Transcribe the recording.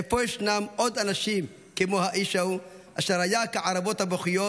איפה ישנם עוד אנשים כמו האיש ההוא אשר היה כערבות הבוכיות.